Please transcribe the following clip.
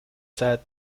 zeit